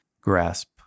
grasp